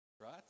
Right